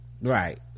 right